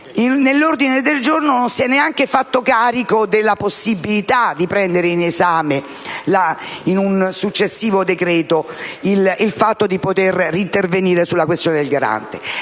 in Commissione, essa non si sia neanche fatta carico della possibilità di prendere in esame in un successivo provvedimento il fatto di poter reintervenire sulla questione del garante.